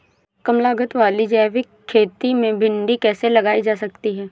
कम लागत वाली जैविक खेती में भिंडी कैसे लगाई जा सकती है?